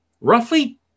roughly